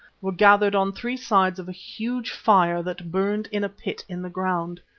were gathered on three sides of a huge fire that burned in a pit in the ground.